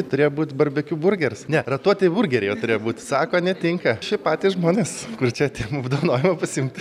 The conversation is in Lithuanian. turėjo būt barbekju burgers ne ratuoti burgeriai turėjo būt sako netinka šiaip patys žmonės kur čia atėjom apdovanojimą pasiimt